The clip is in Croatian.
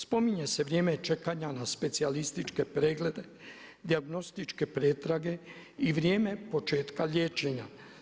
Spominje se vrijeme čekanja na specijalističke preglede, dijagnostičke pretrage i vrijeme početka liječenja.